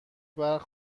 برق